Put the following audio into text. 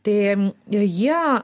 tai jie